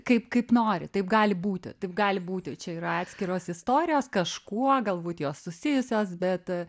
kaip kaip nori taip gali būti taip gali būti čia yra atskiros istorijos kažkuo galbūt jos susijusios bet